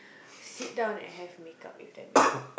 sit down and have makeup with them before